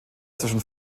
zwischen